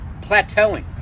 plateauing